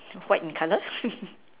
white in colour